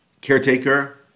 caretaker